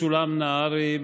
משולם נהרי,